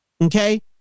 Okay